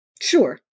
Sure